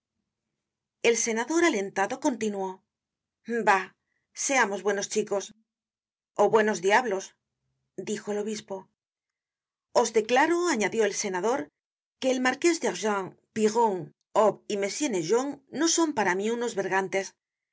el senador alentado continuó bah seamos buenos chicos o buenos diablos dijo el obispo os declaro añadió el senador que el marqués de argens pirron hobbes y m naigeon no son para mí unos bergantes